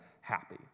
happy